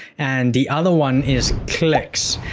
and the other one is clicks.